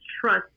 trust